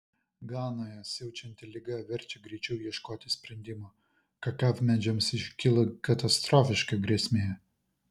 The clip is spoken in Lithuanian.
ganoje siaučianti liga verčia greičiau ieškoti sprendimų kakavmedžiams iškilo katastrofiška grėsmė